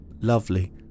lovely